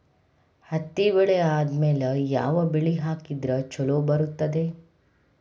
ಹತ್ತಿ ಬೆಳೆ ಆದ್ಮೇಲ ಯಾವ ಬೆಳಿ ಹಾಕಿದ್ರ ಛಲೋ ಬರುತ್ತದೆ?